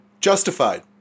justified